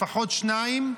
לפחות שניים,